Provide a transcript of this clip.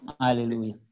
Hallelujah